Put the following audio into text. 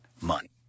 money